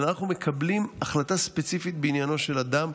אנחנו מקבלים החלטה ספציפית בעניינו של אדם.